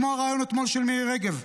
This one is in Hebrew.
כמו הריאיון אתמול של מירי רגב.